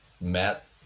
met